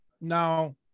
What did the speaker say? Now